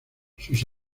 sus